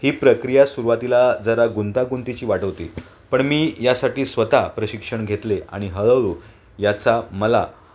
ही प्रक्रिया सुरवातीला जरा गुंतागुंतीची वाटत होती पण मी यासाठी स्वतः प्रशिक्षण घेतले आणि हळूळू याचा मला